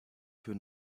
für